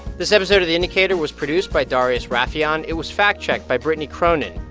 this episode of the indicator was produced by darius rafieyan. it was fact-checked by brittany cronin.